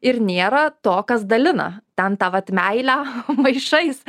ir nėra to kas dalina ten tą vat meilę maišais